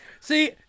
See